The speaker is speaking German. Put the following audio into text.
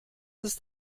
ist